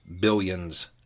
billions